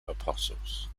apostles